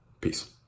Peace